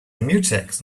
mutex